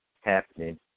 happening